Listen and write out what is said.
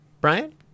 Brian